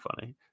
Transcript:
funny